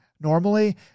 normally